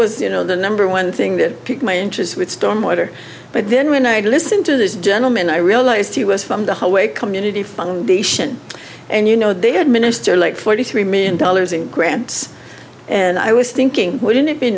was you know the number one thing that piqued my interest with storm water but then when i'd listen to this gentleman i realized he was from the highway community foundation and you know they administer like forty three million dollars in grants and i was thinking wouldn't it be